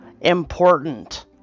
important